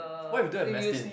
what if you don't have mass tin